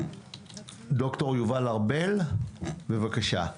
ד"ר יובל ארבל, בבקשה.